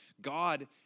God